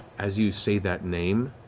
as you say that name,